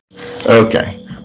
okay